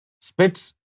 spits